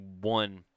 one